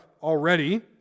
already